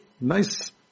nice